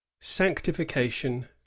Sanctification